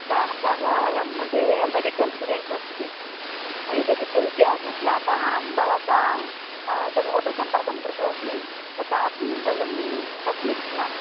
न अतः वयं ते मेडिकल् स्टुडेण्ट्स् अस्ति आयुर्वेदिक् वैद्याः सन्ति अतः अहं भवताम् एतद् होटेल् सम्पर्कं कृतवती तथापि वयं पब्लिक् न